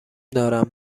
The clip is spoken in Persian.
دارم